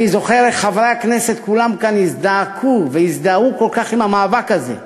אני זוכר איך חברי הכנסת כולם כאן הזדעקו והזדהו כל כך עם המאבק הזה.